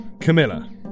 Camilla